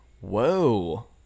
whoa